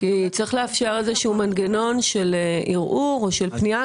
צריך לאפשר איזשהו מנגנון של ערעור או של פנייה.